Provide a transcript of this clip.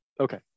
Okay